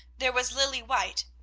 there was lilly white,